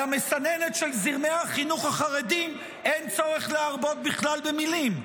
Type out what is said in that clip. על המסננת של זרמי החינוך החרדי אין צורך להרבות במילים בכלל,